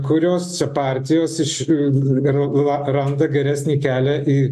kurios čia partijos išraranda geresnį kelią į